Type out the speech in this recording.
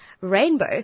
Rainbow